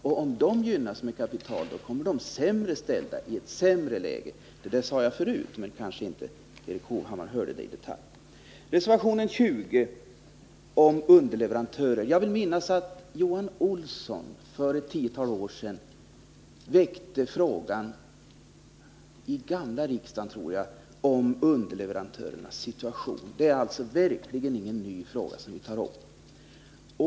Och om de gynnas med kapital kommer de sämre ställda i ett sämre läge. Det sade jag förut, men det kanske inte Erik Hovhammar hörde. Reservation 19 handlar om underleverantörer. Jag vill minnas att Johan Olsson för ett tiotal år sedan i gamla riksdagen väckte frågan om underleverantörernas situation. Det är alltså verkligen inte någon ny fråga som vi tar upp.